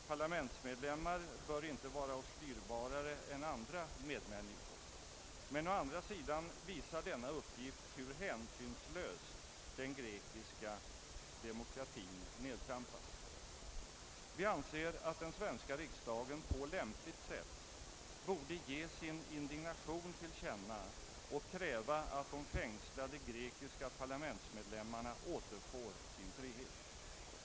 Parlamentsmedlemmar bör inte vara oss dyrbarare än andra medmänniskor, men å andra sidan visar denna uppgift hur hänsynslöst den grekiska demokratin nedtrampas. Vi anser att den svenska riksdagen på lämpligt sätt borde ge sin indignation till känna och kräva att de fängslade grekiska parlamentsmedlemmarna återfår sin frihet.